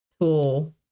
tool